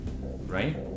right